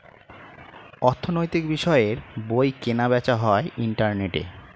অর্থনৈতিক বিষয়ের বই কেনা বেচা হয় ইন্টারনেটে